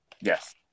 Yes